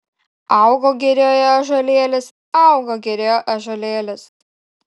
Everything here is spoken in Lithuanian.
augo girioje ąžuolėlis augo girioje ąžuolėlis